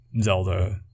Zelda